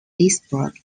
leesburg